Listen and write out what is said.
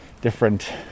different